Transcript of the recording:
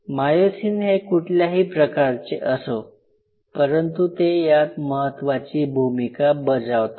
myosin हे कुठल्याही प्रकारचे असो परंतु ते यात महत्वाची भूमिका बजावतात